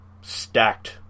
stacked